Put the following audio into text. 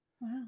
Wow